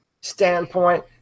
standpoint